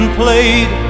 played